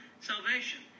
salvation